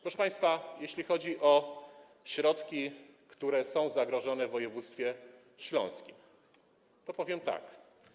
Proszę państwa, jeśli chodzi o środki, które są zagrożone, w województwie śląskim, to powiem tak.